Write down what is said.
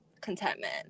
contentment